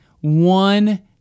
one